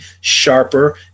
sharper